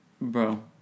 Bro